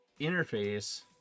interface